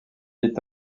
est